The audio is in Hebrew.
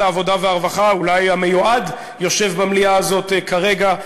העבודה והרווחה המיועד אולי יושב במליאה הזאת כרגע,